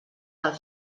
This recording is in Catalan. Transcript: del